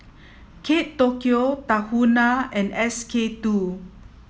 Kate Tokyo Tahuna and S K two